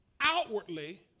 outwardly